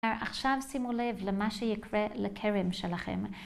עכשיו שימו לב למה שיקרה לכרם שלכם.